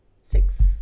six